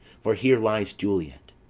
for here lies juliet,